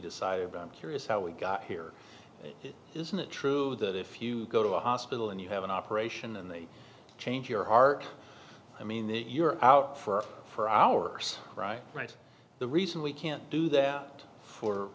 decided i'm curious how we got here isn't it true that if you go to a hospital and you have an operation and they change your heart i mean that you're out for for hours right the reason we can't do that or